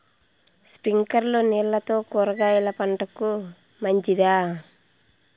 స్ప్రింక్లర్లు నీళ్లతో కూరగాయల పంటకు మంచిదా?